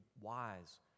wise